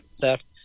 theft